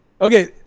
okay